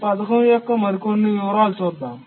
ఈ పథకం యొక్క మరికొన్ని వివరాలను చూద్దాం